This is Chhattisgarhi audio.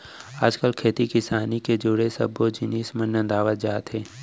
आज काल खेती किसानी ले जुड़े सब्बे जिनिस मन नंदावत जात हें